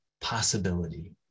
possibility